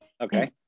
Okay